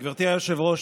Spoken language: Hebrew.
גברתי היושבת-ראש,